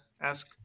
Ask